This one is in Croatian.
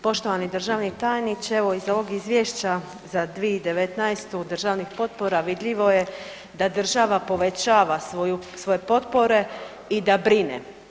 Poštovani državni tajniče, evo iz ovog izvješća za 2019. državnih potpora vidljivo je da država povećava svoje potpore i da brine.